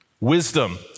wisdom